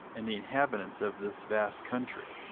and the inhabitants of this vast country,